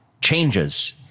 changes